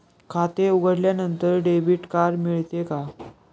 खाते उघडल्यानंतर debit card मिळते का?